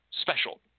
special